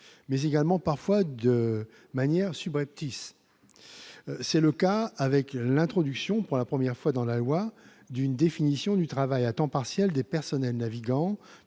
en l'assumant, parfois de manière subreptice. C'est le cas avec l'introduction, pour la première fois dans la loi, d'une définition du travail à temps partiel des personnels navigants